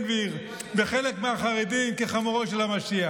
גביר וחלק מהחרדים כחמורו של המשיח,